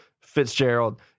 Fitzgerald